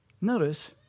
Notice